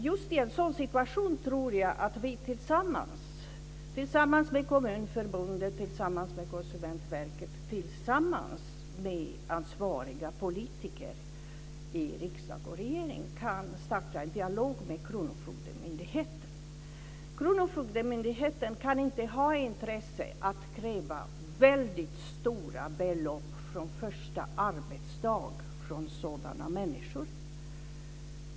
Just i en sådan situation tror jag att ansvariga politiker i riksdag och regering tillsammans med Kommunförbundet och med Konsumentverket kan starta en dialog med kronofogdemyndigheten. Kronofogdemyndigheten kan inte ha intresse av att kräva in väldigt stora belopp av sådana här människor från första arbetsdagen.